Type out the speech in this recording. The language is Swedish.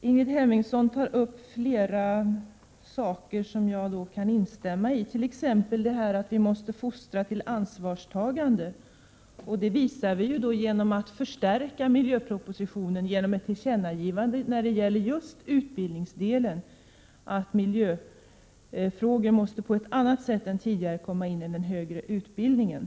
Herr talman! Jag kan instämma i mycket av det som Ingrid Hemmingsson nämnde. Det gäller t.ex. fostran till ansvarstagande. Detta visar vi genom att förstärka miljöpropositionen i form av ett tillkännagivande just när det gäller utbildningsdelen. Miljöfrågorna måste alltså på ett annat sätt än tidigare innefattas i den högre utbildningen.